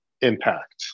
impact